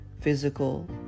physical